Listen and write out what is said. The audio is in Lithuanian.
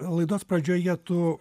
laidos pradžioje tu